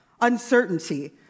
uncertainty